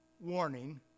warning